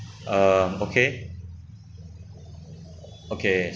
uh okay okay